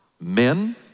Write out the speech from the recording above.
men